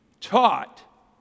taught